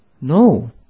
No